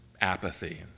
apathy